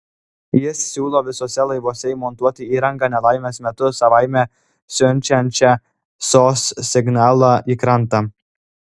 jis siūlo visuose laivuose įmontuoti įrangą nelaimės metu savaime siunčiančią sos signalą į krantą